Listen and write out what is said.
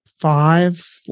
five